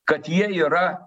kad jie yra